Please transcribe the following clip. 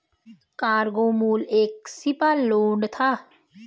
cargo मूल रूप से एक शिपलोड था